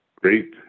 great